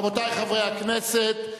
רבותי חברי הכנסת,